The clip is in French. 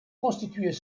constituer